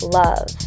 love